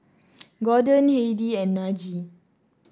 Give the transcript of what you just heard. Gorden Heidi and Najee